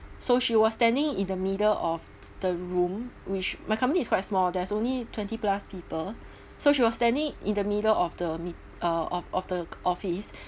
so she was standing in the middle of the room which my company is quite small there's only twenty plus people so she was standing in the middle of the meet~ uh of of the office